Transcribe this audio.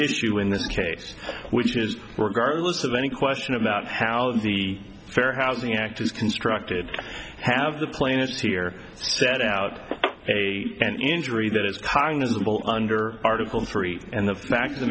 issue in this case which is regardless of any question about how the fair housing act is constructed have the plaintiffs here set out an injury that is cognizable under article three and the fact of the